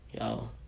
yo